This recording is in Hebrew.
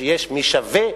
שיש מי ששווה